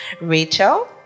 Rachel